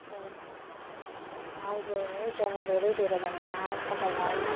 ए हजुर हुन्छ धेरै धेरै धन्यवाद तपाईँलाई